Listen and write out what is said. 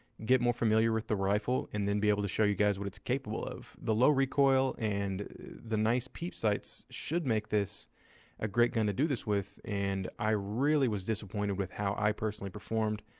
get more familiar with the rifle, and then be able to show you guys what it's capable of. the low recoil and the nice peep sights should make this a great gun to do this with, and i really was disappointed with how i personally performed.